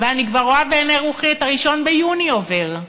ואני כבר רואה בעיני רוחי גם את 1 ביוני עובר,